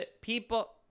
people